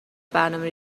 برنامه